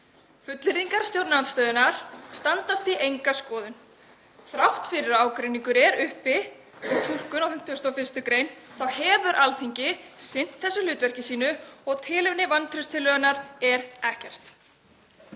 Fullyrðingar stjórnarandstöðunnar standast því enga skoðun. Þrátt fyrir að ágreiningur sé uppi um túlkun á 51. gr. þá hefur Alþingi sinnt þessu hlutverki sínu og tilefni vantrauststillögunnar er ekkert.